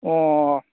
ꯑꯣ